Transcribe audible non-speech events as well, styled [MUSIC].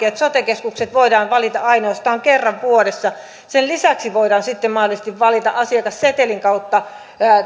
[UNINTELLIGIBLE] että sote keskukset voidaan valita ainoastaan kerran vuodessa sen lisäksi voidaan sitten mahdollisesti valita asiakassetelin kautta